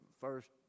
first